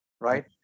right